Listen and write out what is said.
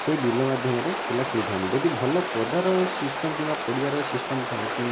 ସେଇ ବିଲ ମାଧ୍ୟମରେ ପିଲା ଖେଳିଥାନ୍ତି ଯଦି ଭଲ ପଦାର ସିଷ୍ଟମ୍ କିମ୍ବା ପଡ଼ିଆର ସିଷ୍ଟମ୍ ଥାଆନ୍ତା